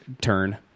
turn